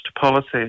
policy